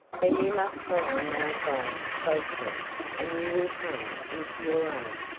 then you must follow my advice closely and you will come into your own.